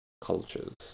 cultures